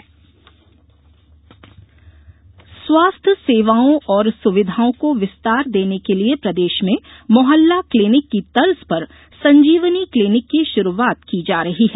संजीवनी clinic ष्भारंभ स्वास्थ्य सेवाओं और सुविधाओं को विस्तार देने के लिए प्रदेष में मोहल्ला क्लिनिक की तर्ज पर संजीवनी क्लिनिक की षुरुआत की जा रही है